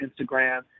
Instagram